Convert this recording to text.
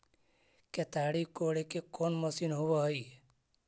केताड़ी कोड़े के कोन मशीन होब हइ?